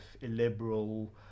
illiberal